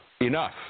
enough